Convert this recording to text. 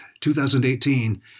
2018